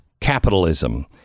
capitalism